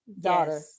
daughter